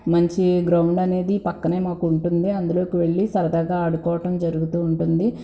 మంచి గ్రౌండ్ అనేది పక్కనే మాకు ఉంటుంది అందులోకి వెళ్ళి సరదాగా ఆడుకోవడం జరుగుతూ ఉంటుంది